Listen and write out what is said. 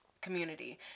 community